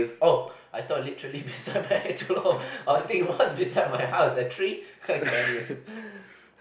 oh I thought literally beside my actual home I was thinking what's beside my house a tree no it's the n_u_s one